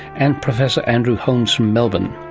and professor andrew holmes from melbourne.